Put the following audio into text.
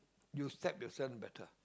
you slap yourself better